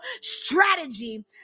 strategy